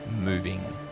moving